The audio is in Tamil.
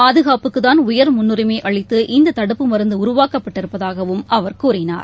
பாதுகாப்புக்குத்தான் உயர் முன்னுரிமை அளித்து இந்த தடுப்பு மருந்து உருவாக்கப்பட்டிருப்பதாகவும் அவர் கூறினார்